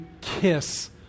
kiss